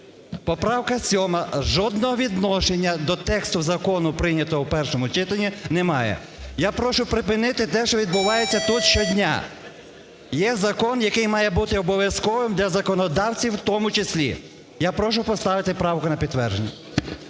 Поправка 7-а жодного відношення до тексту закону, прийнятого в першому читанні, не має. Я прошу припинити те, що відбувається тут щодня. Є закон, який має бути обов'язковим для законодавців в тому числі. Я прошу поставити правку на підтвердження.